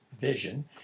vision